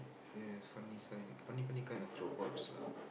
yes funny funny funny kind of robots lah